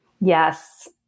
yes